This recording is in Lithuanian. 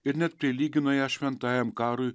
ir net prilygino ją šventajam karui